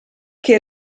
che